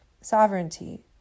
sovereignty